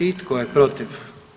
I tko je protiv?